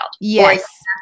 Yes